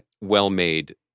well-made